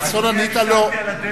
חסון, ענית לו.